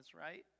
right